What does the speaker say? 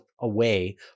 away